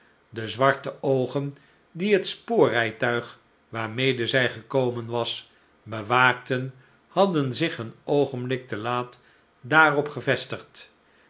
de zwarte oogen die het spoorrijtuig waarmede zij gekomen was bewaakten hadden zich een oogenblik te laat daarop gevestigd